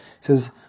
says